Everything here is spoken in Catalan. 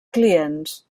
clients